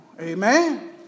Amen